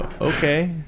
Okay